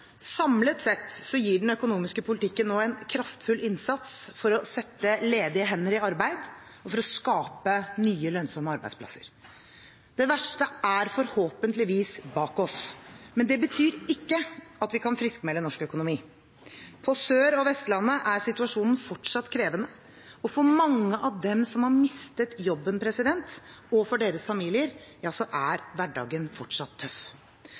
Samlet sett gir den økonomiske politikken nå en kraftfull innsats for å sette ledige hender i arbeid og for å skape nye, lønnsomme arbeidsplasser. Det verste er forhåpentligvis bak oss, men det betyr ikke at vi kan friskmelde norsk økonomi. På Sør- og Vestlandet er situasjonen fortsatt krevende, og for mange av dem som har mistet jobben, og for deres familier, er hverdagen fortsatt tøff.